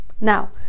now